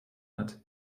hat